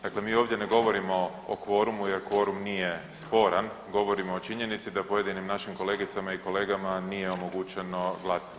Dakle, mi ovdje ne govorimo o kvorumu, jer kvorum nije sporan, govorimo da o činjenici da pojedinim našim kolegicama i kolegama nije omogućeno glasanje.